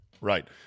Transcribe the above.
Right